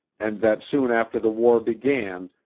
and that soon after the war began,